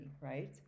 right